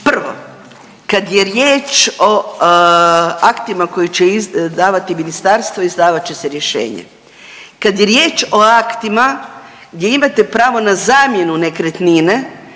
prvo, kad je riječ o aktima koje će izdavati Ministarstvo, izdavat će se rješenje. Kad je riječ o aktima gdje imate pravo na zamjenu nekretnine,